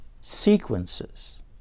sequences